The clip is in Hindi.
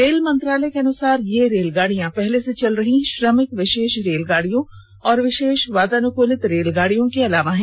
रेल मंत्रालय के अनुसार ये रेलगाडियां पहले से चल रही श्रमिक विशेष रेलगाडियों और विशेष वातानुकलित रेलगाडियों के अलावा हैं